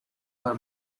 her